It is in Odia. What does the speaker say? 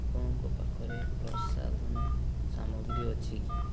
ଆପଣଙ୍କ ପାଖରେ ପ୍ରସାଧନ ସାମଗ୍ରୀ ଅଛି କି